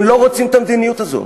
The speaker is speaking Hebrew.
הם לא רוצים את המדיניות הזאת,